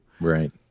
Right